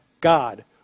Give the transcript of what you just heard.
God